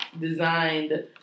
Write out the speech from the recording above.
designed